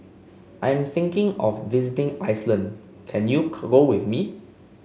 I am thinking of visiting Iceland can you go with me